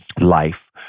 life